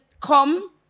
come